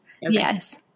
Yes